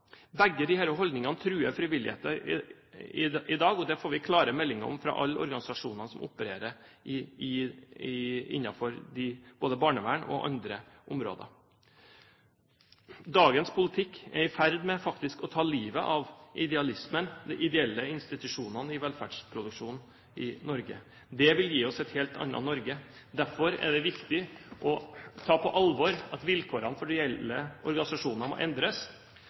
Begge disse holdningene truer frivilligheten i dag, og det får vi klare meldinger om fra alle organisasjonene som opererer innenfor både barnevern og andre områder. Dagens politikk er faktisk i ferd med å ta livet av idealismen og de ideelle institusjonene i velferdsproduksjonen i Norge. Det vil gi oss et helt annet Norge. Derfor er det viktig å ta på alvor at vilkårene for de ideelle organisasjonene må endres,